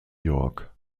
york